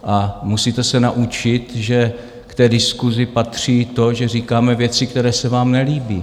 A musíte se naučit, že k diskusi patří to, že říkáme věci, které se vám nelíbí.